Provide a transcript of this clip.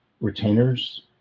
retainers